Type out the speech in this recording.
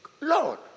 Lord